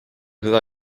seda